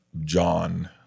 John